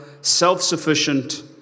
self-sufficient